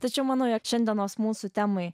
tačiau manau jog šiandienos mūsų temai